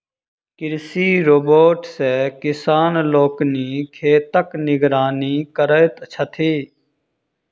कृषि रोबोट सॅ किसान लोकनि खेतक निगरानी करैत छथि